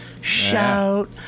shout